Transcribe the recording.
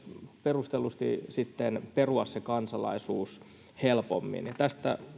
perustellusti sitten perua se kansalaisuus helpommin ja tästä on